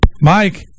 Mike